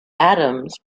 adams